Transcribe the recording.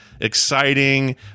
exciting